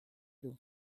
doo